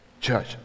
church